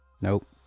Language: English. Nope